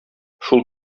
шул